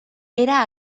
era